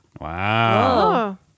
Wow